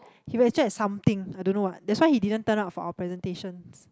he actually has something I don't know what that's why he didn't turn up for our presentations